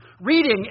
reading